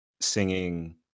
singing